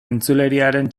entzuleriaren